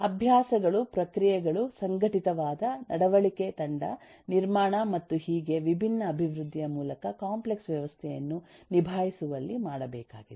ಅಭ್ಯಾಸಗಳು ಪ್ರಕ್ರಿಯೆಗಳು ಸಂಘಟಿತವಾದ ನಡವಳಿಕೆ ತಂಡ ನಿರ್ಮಾಣ ಮತ್ತು ಹೀಗೆ ವಿಭಿನ್ನ ಅಭಿವೃದ್ಧಿಯ ಮೂಲಕ ಕಾಂಪ್ಲೆಕ್ಸ್ ವ್ಯವಸ್ಥೆಯನ್ನು ನಿಭಾಯಿಸುವಲ್ಲಿ ಮಾಡಬೇಕಾಗಿದೆ